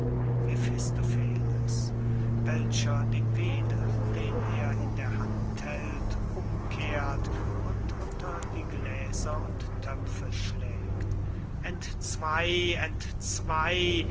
welcher den wedel den er in der hand hält umkehrt und unter die gläser und töpfe schlägt entzwey entzwey